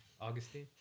Augustine